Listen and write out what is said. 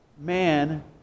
man